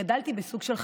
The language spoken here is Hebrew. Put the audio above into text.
גדלתי בסוג של חממה.